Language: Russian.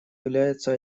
являются